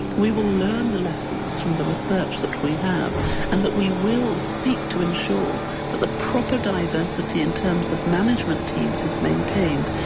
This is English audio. we will learn the lessons form the research that we have and that we will seek to ensure that the proper diversity in terms of management teams is maintained,